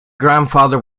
grandfather